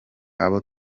abo